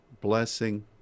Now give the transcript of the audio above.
blessing